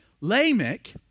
Lamech